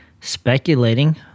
speculating